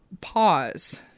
pause